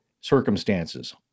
circumstances